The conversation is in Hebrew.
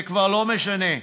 זה כבר לא משנה,